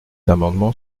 amendement